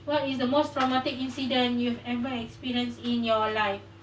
what is the most traumatic incident you've ever experienced in your life